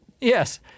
Yes